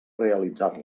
realitzar